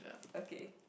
okay